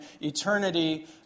eternity